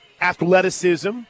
athleticism